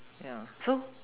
yeah so